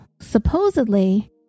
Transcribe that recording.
supposedly